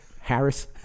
harris